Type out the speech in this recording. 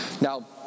Now